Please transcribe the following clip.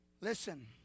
Listen